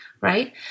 right